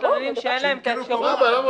מתלוננים שאין להם את האפשרות --- אז מה הבעיה?